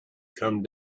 come